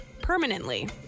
Permanently